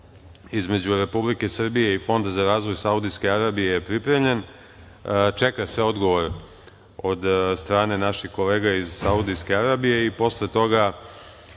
između Republike Srbije i Fonda za razvoj Saudijske Arabije je pripremljen. Čeka se odgovor od strane naših kolega iz Saudijske Arabije i posle toga